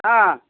ஆ